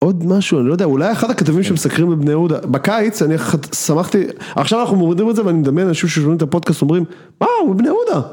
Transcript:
עוד משהו, אני לא יודע, אולי אחד הכתבים שמסקרים בבני יהודה, בקיץ, אני שמחתי, עכשיו אנחנו מורידים את זה ואני מדמיין, אנשים ששומעים את הפודקאסט אומרים, וואו, בבני יהודה.